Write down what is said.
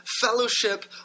fellowship